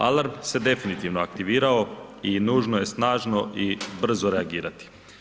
Alarm se definitivno aktivirao i nužno je snažno i brzo reagirati.